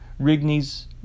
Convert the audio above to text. Rigney's